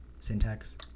syntax